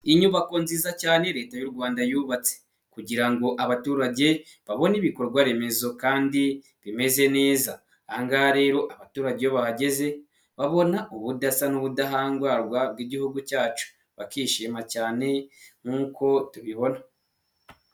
Inyubako nziza cyane leta y'u Rwanda yubatse kugira ngo abaturage babone ibikorwa remezo kandi bimeze neza. Ahangaha rero abaturage iyo bahageze babona ubudasa n'ubudahangarwa bw'igihugu cyacu bakishima cyane nkuko tubibona.